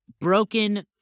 broken